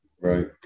Right